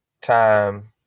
time